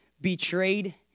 betrayed